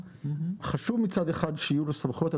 חשוב מצד אחד שיהיו לו סמכויות.